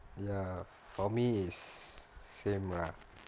for me is same lah